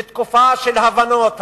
בתקופה של הבנות,